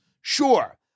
Sure